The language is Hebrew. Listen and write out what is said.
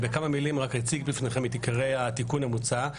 בכמה מילים אני אציג בפניכם את עיקרי התיקון המוצע.